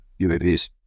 UAVs